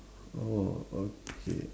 oh okay